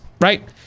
Right